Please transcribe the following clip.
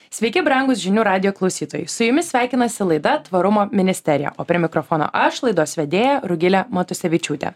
sveiki brangūs žinių radijo klausytojai su jumis sveikinasi laida tvarumo ministerija o prie mikrofono aš laidos vedėja rugilė matusevičiūtė